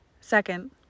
Second